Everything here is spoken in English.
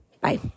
Bye